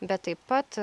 bet taip pat